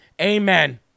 Amen